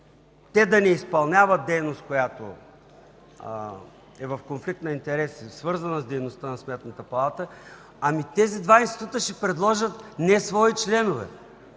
те да не изпълняват дейност, която е в конфликт на интереси, свързана с дейността на Сметната палата, ами тези два института ще предложат не свои членове.